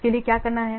इसलिए क्या करना है